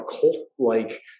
cult-like